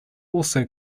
also